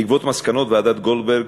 בעקבות מסקנות ועדת גולדברג,